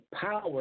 power